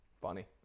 Funny